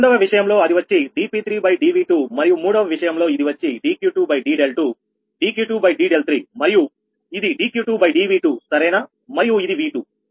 రెండవ విషయంలో అది వచ్చి dp3dV2 మరియు మూడవ విషయంలో ఇది వచ్చి dQ2d∂2 dQ2d∂3 మరియు ఇది dQ2dV2 సరేనా మరియు ఇది V2